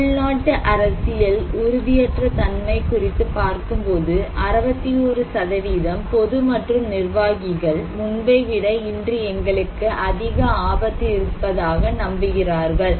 உள்நாட்டு அரசியல் உறுதியற்ற தன்மை குறித்து பார்க்கும்போது 61 பொது மற்றும் நிர்வாகிகள் முன்பை விட இன்று எங்களுக்கு அதிக ஆபத்து இருப்பதாக நம்புகிறார்கள்